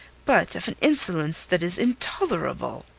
but of an insolence that is intolerable!